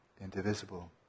indivisible